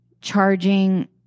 charging